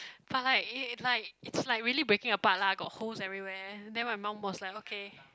but it like it's like really breaking apart lah got holes everywhere then my mum was like okay